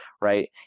Right